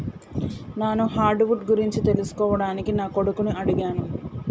నాను hardwood గురించి తెలుసుకోవడానికి నా కొడుకుని అడిగాను